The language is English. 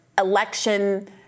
election